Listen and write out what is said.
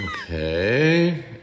Okay